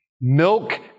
milk